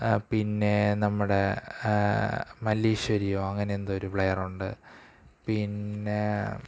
പിന്നെ നമ്മുടെ മല്ലീശ്വരിയോ അങ്ങനെ എന്തോ ഒരു പ്ലെയർ ഉണ്ട് പിന്നെ